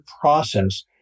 process